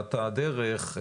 בתחילת הדרך,